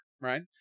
right